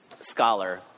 scholar